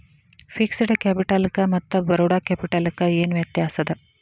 Fixed ಕ್ಯಾಪಿಟಲಕ್ಕ ಮತ್ತ borrowed ಕ್ಯಾಪಿಟಲಕ್ಕ ಏನ್ ವ್ಯತ್ಯಾಸದ?